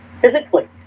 physically